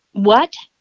what?